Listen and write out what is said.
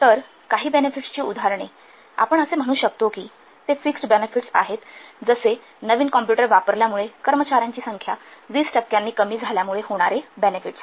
तर काही बेनेफिट्स ची उदाहरणे आपण असे म्हणू शकतो की ते फिक्स्ड बेनेफिट्स आहेत जसे नवीन कॉम्प्युटर वापरल्यामुळे कर्मचार्यांची संख्या २० टक्क्यांनी कमी झाल्यामुळे होणारे फायदे